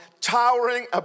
towering